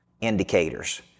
indicators